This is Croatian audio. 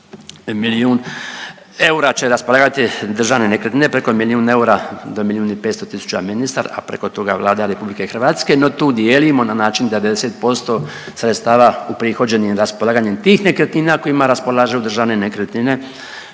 milijun eura će raspolagati Državne nekretnine, preko milijun eura do milijun i 500 tisuća ministar, a preko toga Vlada RH. No tu dijelimo na način da 90% sredstava uprihođenim raspolaganjem tih nekretnina kojima raspolažu Državne nekretnine